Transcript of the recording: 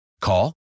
Call